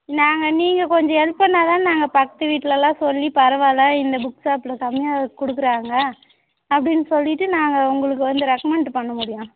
நாங்கள் நீங்கள் கொஞ்சம் ஹெல்ப் பண்ணாதானே நாங்கள் பக்த்து வீட்ல எல்லாம் சொல்லி பரவாயில்ல இந்த புக் ஷாப்பில் கம்மியாக கொடுக்குறாங்க அப்படின்னு சொல்லிவிட்டு நாங்கள் உங்களுக்கு வந்து ரெக்கமெண்டு பண்ண முடியும்